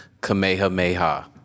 kamehameha